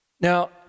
Now